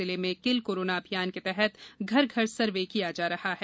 जिले में kill corona अभियान के तहत घर घर सर्वे किया जा रहा है